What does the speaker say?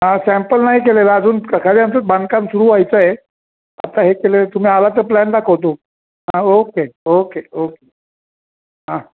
हा सॅम्पल नाही केलेलं अजून खाली आमचं बांधकाम सुरू व्हायचं आहे आता हे केलं तुम्ही आलात प्लॅन दाखवतो हा ओके ओके ओके हा